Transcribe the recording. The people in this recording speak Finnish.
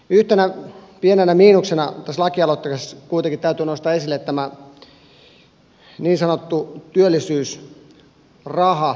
yhtenä pienenä miinuksena tässä lakialoitteessa kuitenkin täytyy nostaa esille tämä niin sanottu työllisyysraha ja sen ehdot